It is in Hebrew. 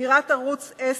סגירת ערוץ-10,